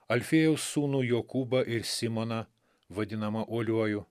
alfėjaus sūnų jokūbą ir simoną vadinamą uoliuoju